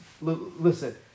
listen